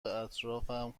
اطرافم